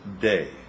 day